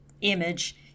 image